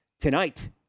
Tonight